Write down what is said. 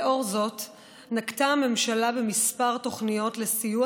לנוכח זאת נקטה הממשלה כמה תוכניות לסיוע